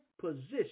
position